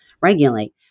regulate